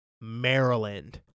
Maryland